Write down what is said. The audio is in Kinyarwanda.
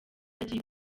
yagiye